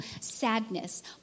sadness